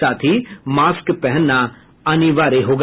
साथ ही मास्क पहनना अनिवार्य होगा